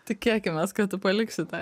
tikėkimės kad tu paliksi tą